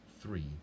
Three